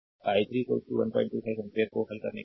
slide time देखें 1412 I3 125 ampere को हल करने के बाद